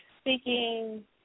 speaking